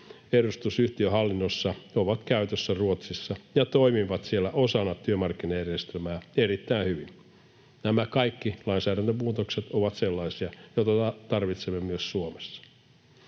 edustus yhtiön hallinnossa ovat käytössä Ruotsissa ja toimivat siellä osana työmarkkinajärjestelmää erittäin hyvin. Nämä kaikki lainsäädäntömuutokset ovat sellaisia, joita tarvitsemme myös Suomessa.